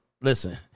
listen